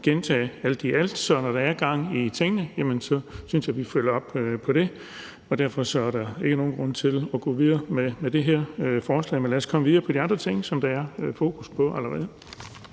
synes jeg, at når der er gang i tingene, følger vi op på det. Derfor er der ikke nogen grund til at gå videre med det her forslag. Men lad os komme videre med de andre ting, som der er fokus på allerede.